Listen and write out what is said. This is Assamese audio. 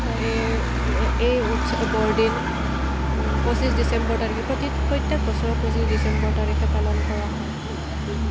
এই এই উৎসৱ বৰদিন পঁচিছ ডিচেম্বৰ তাৰিখে প্ৰত্যেক প্ৰত্যেক বছৰত পঁচিছ ডিচেম্বৰ তাৰিখে পালন কৰা হয়